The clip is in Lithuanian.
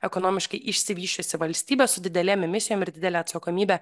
ekonomiškai išsivysčiusi valstybė su didelėm emisijom ir didele atsakomybe